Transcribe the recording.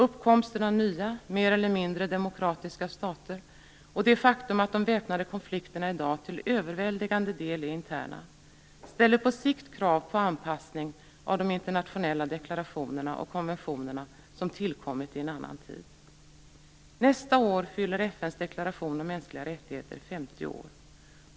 Uppkomsten av nya mer eller mindre demokratiska stater och det faktum att de väpnade konflikterna i dag till överväldigande del är interna ställer på sikt krav på anpassning av de internationella deklarationerna och konventionerna, som tillkommit i en annan tid. Nästa år fyller FN:s deklaration om mänskliga rättigheter 50 år.